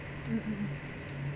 mm mm